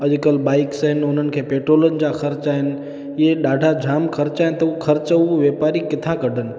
अॼुकल्ह बाइक्स आहिनि उन्हनि खे पेट्रोलनि जा ख़र्च आहिनि इहे ॾाढा जाम ख़र्च आहिनि त हू ख़र्चु हू वेपारी किथा कढनि